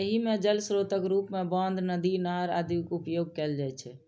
एहि मे जल स्रोतक रूप मे बांध, नदी, नहर आदिक उपयोग कैल जा सकैए